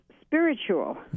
spiritual